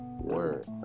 word